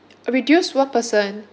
reduce one person